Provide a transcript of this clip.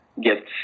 get